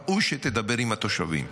ראוי שתדבר עם התושבים,